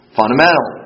fundamental